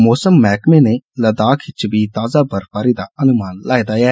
मौमस विभाग ने लद्दाख च बी ताज़ा बर्फबारी दा अनुमान लाए दा ऐ